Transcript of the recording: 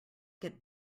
get